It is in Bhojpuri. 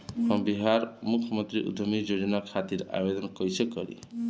हम बिहार मुख्यमंत्री उद्यमी योजना खातिर आवेदन कईसे करी?